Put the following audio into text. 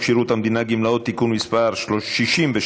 שירות המדינה (גמלאות) (תיקון מס' 63),